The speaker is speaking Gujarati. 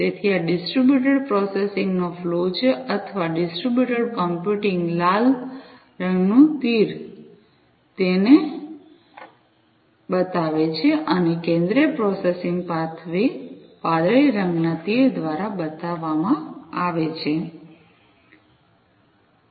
તેથી આ ડિસ્ટ્રિબ્યુટેડ પ્રોસેસિંગ નો ફ્લો છે અથવા ડિસ્ટ્રિબ્યુટેડ કમ્પ્યુટિંગ લાલ રંગનું તીર તેને બતાવે છે અને કેન્દ્રિય પ્રોસેસિંગ પાથવે વાદળી રંગના તીર દ્વારા બતાવવામાં આવે છે